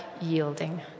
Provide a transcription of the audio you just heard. yielding